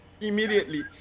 immediately